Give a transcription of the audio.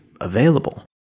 available